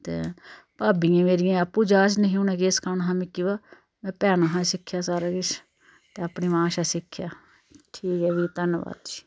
ते भाभियें मेरियें आपूं जाच नेही उनें केह् सखाना हा मिकी बा में भैना हा सिखेआ हा सारा किश ते अपनी मां शा सिक्खेआ ठीक ऐ फ्ही धन्नबाद जी